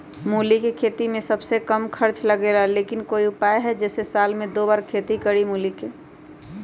मूली के खेती में सबसे कम खर्च लगेला लेकिन कोई उपाय है कि जेसे साल में दो बार खेती करी मूली के?